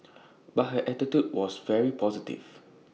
but her attitude was very positive